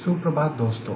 सुप्रभात दोस्तों